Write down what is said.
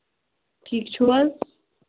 ٹھیٖک چھِو حظ